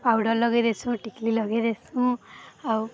powder ଲଗେଇ ଦେଉ ଟିକିଲି ଲଗେଇ ଦେଉ ଆଉ